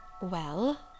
Well